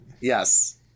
Yes